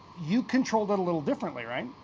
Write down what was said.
you controlled it a little differently, right?